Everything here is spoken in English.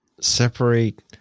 separate